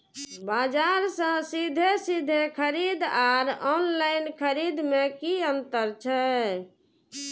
बजार से सीधे सीधे खरीद आर ऑनलाइन खरीद में की अंतर छै?